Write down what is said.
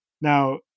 Now